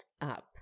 up